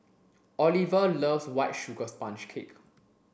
Oliva loves white sugar sponge cake